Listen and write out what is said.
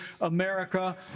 America